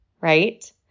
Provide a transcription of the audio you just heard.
Right